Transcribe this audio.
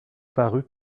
paru